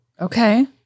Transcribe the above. Okay